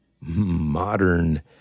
modern